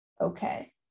okay